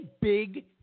big